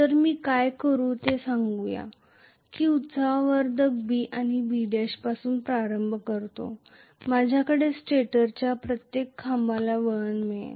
तर मी काय करू ते सांगूया की मी उत्साहवर्धक B आणि B' पासून प्रारंभ करतो माझ्याकडे स्टेटरच्या प्रत्येक खांबाला वळण मिळेल